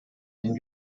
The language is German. den